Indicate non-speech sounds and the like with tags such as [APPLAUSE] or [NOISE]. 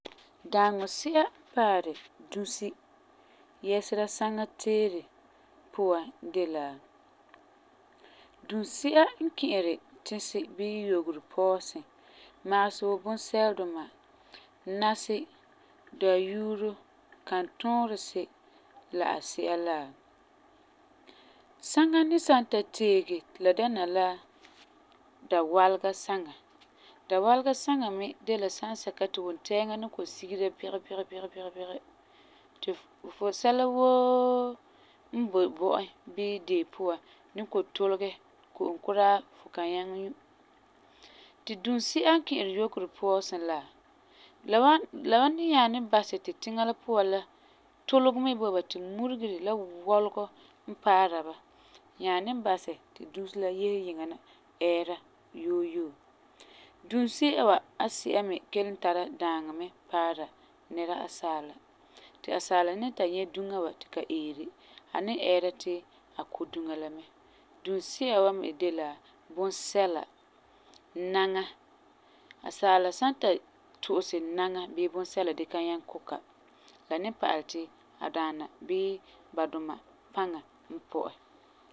Daaŋɔ si'a n paari dusi yɛsera saŋa teere puan de la, duunsi'a n ki'iri tisi bii yogero pɔɔsin magesɛ wuu bunsɛleduma, nansi, dayuuro, kantuuresi la a si'a la. [HESITATION] Saŋa ni san ta teege ti la dɛna la dawalega saŋa. Dawalega saŋa me de la sansɛka ti wuntɛɛŋa ni kɔ'ɔm sigera bigebigi ti fu sɛla woo n boi bɔ'en bii deo puan ni kɔ'ɔm tulegɛ ti ko'om kuraa ti fu kan nyaŋɛ nyu. Ti dunsi'a n ki'iri yogero pɔɔsin la, la wan la wan nyaa ni basɛ ti tiŋa la puan la tulegɛ mɛ bo ba ti mɔregerɛ la wɔlegɔ n paara ba nyaa ni basɛ ti dusi la yese yiŋa na ɛɛra yoo yoo. Duunsi'a wa me kelum tara daaŋɔ mɛ paara nɛra asaala, ti asaala ni ta nyɛ duŋa wa ti ka eeri, a ni ɛɛra ti a ku duŋa la mɛ. Duunsi'a wa me de la bunsɛla, naŋa. Asaala san ta tu'usɛ naŋa bii bunsɛla dee ka nyaŋɛ ku ka, la ni pa'alɛ ti a daana bii ba duma paŋa n pɔ'ɛ.